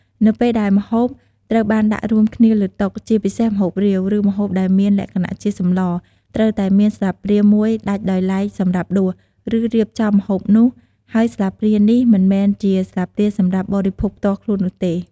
នៅពេលដែលម្ហូបត្រូវបានដាក់រួមគ្នាលើតុ ជាពិសេសម្ហូបរាវ ឬម្ហូបដែលមានលក្ខណៈជាសម្លរ ត្រូវតែមានស្លាបព្រាមួយដាច់ដោយឡែកសម្រាប់ដួស ឬរៀបចំម្ហូបនោះ ហើយស្លាបព្រានេះមិនមែនជាស្លាបព្រាសម្រាប់បរិភោគផ្ទាល់ខ្លួននោះទេ។